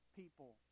people